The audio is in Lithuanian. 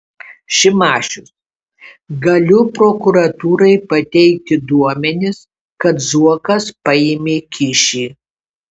šimašius galiu prokuratūrai pateikti duomenis kad zuokas paėmė kyšį